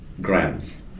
grams